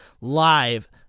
live